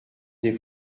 des